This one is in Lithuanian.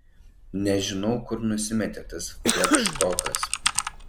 nežinau kur nusimetė tas fladštokas